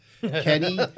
Kenny